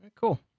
Cool